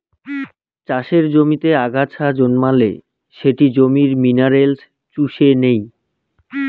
চাষের জমিতে আগাছা জন্মালে সেটি জমির মিনারেলস চুষে নেই